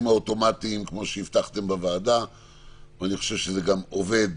האוטומטיים שהבטחתם לוועדה ואני חושב שזה עובד.